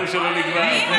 הדיון שלא נגמר.